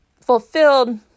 fulfilled